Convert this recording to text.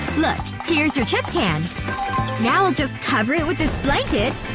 look, here's your chip can now i'll just cover it with this blanket